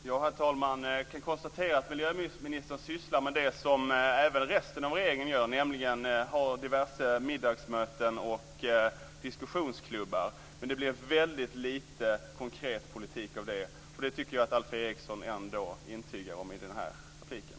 Herr talman! Jag kan konstatera att miljöministern sysslar med det som resten av regeringen gör, nämligen att anordna diverse middagsmöten och diskussionsklubbar. Men det blir väldigt lite konkret politik av detta. Det tycker jag att Alf Erikssons intygar genom den senaste repliken.